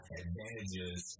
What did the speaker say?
advantages